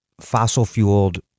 fossil-fueled